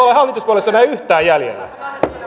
ole hallituspuolueissa enää yhtään jäljellä